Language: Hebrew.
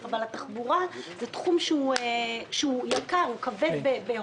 , אבל גם התחבורה הוא תחום שהוא יקר, כבד בהון.